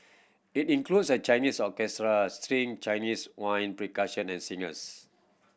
it includes a Chinese orchestra string Chinese wind and singers